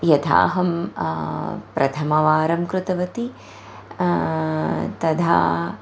यदाहं प्रथमवारं कृतवती तदा